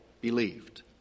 believed